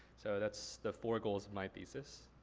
so that's the four goals of my thesis.